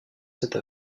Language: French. cette